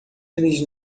eles